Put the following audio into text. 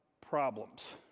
problems